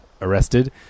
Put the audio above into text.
arrested